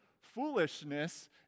Foolishness